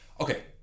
Okay